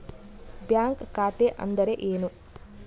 Bank ಖಾತೆ ಅಂದರೆ ಏನು?